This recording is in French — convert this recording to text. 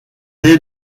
est